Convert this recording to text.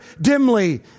dimly